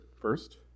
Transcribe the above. first